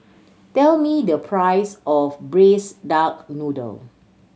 tell me the price of Braised Duck Noodle